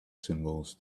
symbols